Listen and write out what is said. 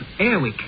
Airwick